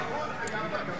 גם באיכות וגם בכמות.